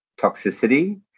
toxicity